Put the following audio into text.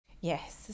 Yes